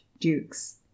dukes